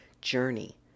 journey